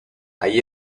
ahí